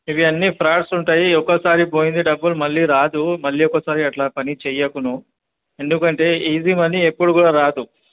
ఇవన్నీ ఫ్రాడ్స్ ఉంటాయి ఒక్కసారి పోయింది డబ్బులు మళ్ళీ రాదు మళ్ళీ ఒక్కసారి అలా పని చెయ్యకు నువ్వు ఎందుకంటే ఈజీ మనీ ఎప్పుడు కూడా రాదు